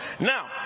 Now